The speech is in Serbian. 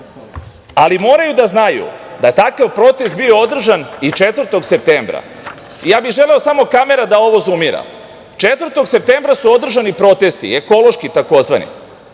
ali moraju da znaju da je takav protest bio održan i 4. septembra. Ja bih želeo samo da ovo kamera zumira, 4. septembra su održani protesti, tzv. ekološki i